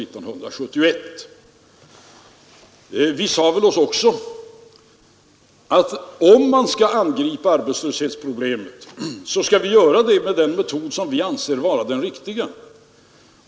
Vi sade oss väl också, att om vi skall angripa arbetslöshetsproblemen, skall vi göra det med den metod vi anser vara den riktiga.